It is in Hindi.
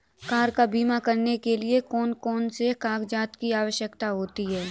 कार का बीमा करने के लिए कौन कौन से कागजात की आवश्यकता होती है?